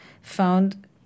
found